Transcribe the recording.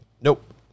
Nope